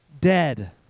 Dead